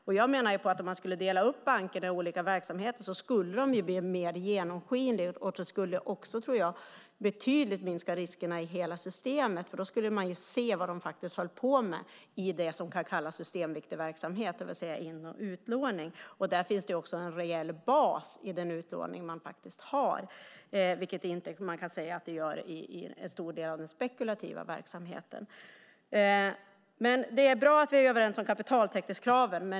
Om man delade upp bankerna i olika verksamheter skulle de bli mer genomskinliga och det skulle betydligt minska riskerna i hela systemet, menar jag. Då skulle man ju se vad de höll på med i systemviktig verksamhet, det vill säga in och utlåning. Det finns också en reell bas i den utlåning man har. Det kan man inte säga att det gör i en stor del av den spekulativa verksamheten. Det är bra att vi är överens om kapitaltäckningskraven.